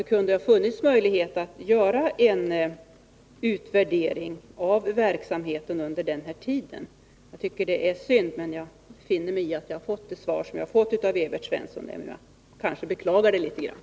Det borde ha funnits möjligheter att göra en utvärdering av verksamheten under den tiden. Jag tycker det är synd att man inte skall göra det, men jag finner mig i det svar jag fått av Evert Svensson, även om jag kanske beklagar det något litet.